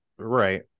Right